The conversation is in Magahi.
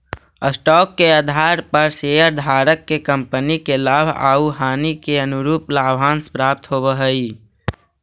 स्टॉक के आधार पर शेयरधारक के कंपनी के लाभ आउ हानि के अनुरूप लाभांश प्राप्त होवऽ हई